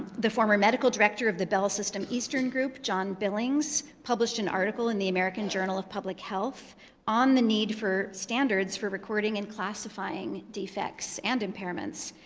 the former medical director of the bell system eastern group, john billings, published an article in the american journal of public health on the need for standards for recording and classifying defects and impairments.